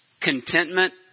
contentment